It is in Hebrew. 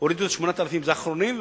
שהורידו את ה-8,000 ואלה אחרונים.